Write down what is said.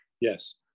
Yes